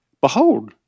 behold